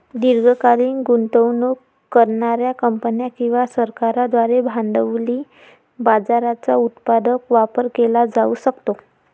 दीर्घकालीन गुंतवणूक करणार्या कंपन्या किंवा सरकारांद्वारे भांडवली बाजाराचा उत्पादक वापर केला जाऊ शकतो